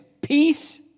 peace